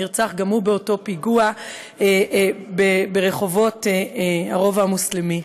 שנרצח גם הוא באותו פיגוע ברחובות הרובע המוסלמי.